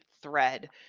thread